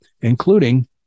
including